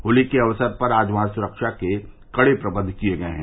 होली के अवसर पर आज वहां सुरक्षा के कड़े प्रबंध किए गये हैं